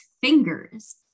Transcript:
fingers